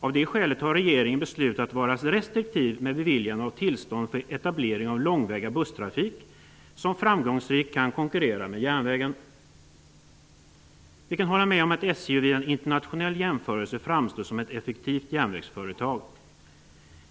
Av det skälet har regeringen beslutat vara restriktiv med beviljande av tillstånd för etablering av långväga busstrafik som framgångsrikt kan konkurrera med järnvägen. Vi kan hålla med om att SJ vid en internationell jämförelse framstår som ett effektivt järnvägsföretag.